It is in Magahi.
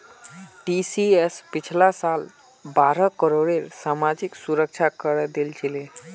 टीसीएस पिछला साल बारह करोड़ सामाजिक सुरक्षा करे दिल छिले